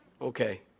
Okay